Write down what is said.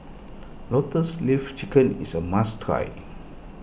Lotus Leaf Chicken is a must try